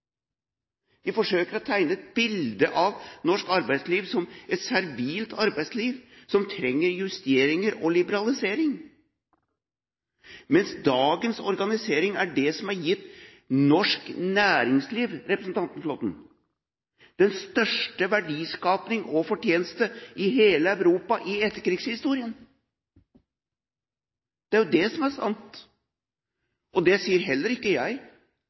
forsøker å tegne et bilde av norsk arbeidsliv som et servilt arbeidsliv som trenger justeringer og liberalisering, mens dagens organisering er det som har gitt norsk næringsliv – dette til representanten Flåtten – den største verdiskaping og fortjeneste i hele Europa i etterkrigshistorien. Det er det som er sant. Heller ikke det er det jeg som sier.